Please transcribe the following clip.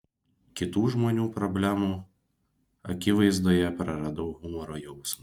kitų žmonių problemų akivaizdoje praradau humoro jausmą